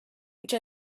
which